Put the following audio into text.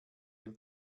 dem